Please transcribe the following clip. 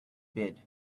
bed